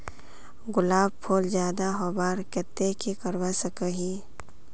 गुलाब फूल ज्यादा होबार केते की करवा सकोहो ही?